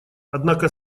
однако